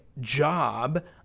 job